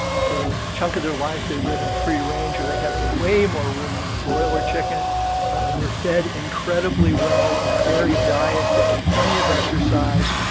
for a chunk of their life, they live in free range or they have way more room than a broiler chicken they're fed incredibly well a varied diet. they get plenty of exercise.